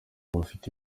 bafite